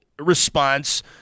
response